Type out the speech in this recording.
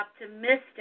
optimistic